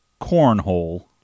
Cornhole